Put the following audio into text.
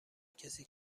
کسی